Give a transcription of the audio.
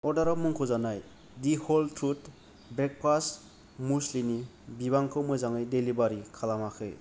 अर्डाराव मुंख'जानाय the whole truth breakfast muesli नि बिबांखौ मोजाङै डिलिभारि खालामाखै